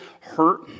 hurt